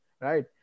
right